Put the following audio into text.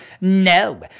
no